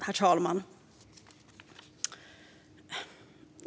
Herr talman!